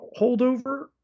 holdover